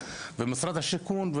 ומשרד השיכון,